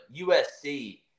USC